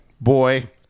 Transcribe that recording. boy